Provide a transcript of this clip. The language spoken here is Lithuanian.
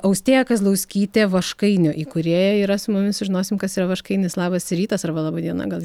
austėja kazlauskytė vaškainio įkūrėja yra su mumis sužinosime kas yra vaškinis labas rytas arba laba diena gal